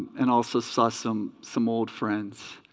and also saw some some old friends